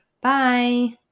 bye